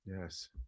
Yes